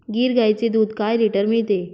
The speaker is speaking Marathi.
गीर गाईचे दूध काय लिटर मिळते?